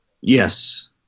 Yes